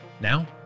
Now